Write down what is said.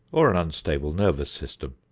or an unstable nervous system.